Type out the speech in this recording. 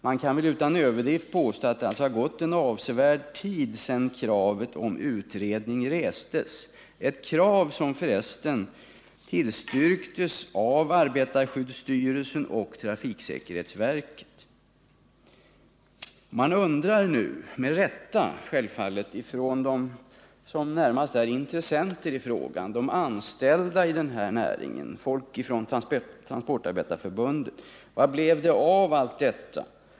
Man kan utan överdrift påstå att det har gått avsevärd tid sedan kravet på utredning restes, ett krav som förresten tillstyrktes av arbetarskyddsstyrelsen och trafiksäkerhetsverket. De som närmast är intressenter i frågan, de anställda i den här näringen, folk i Transportarbetareförbundet, undrar nu — med rätta, självfallet: Vad blir det av allt detta?